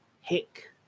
hick